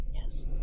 Yes